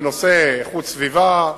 בנושא איכות סביבה,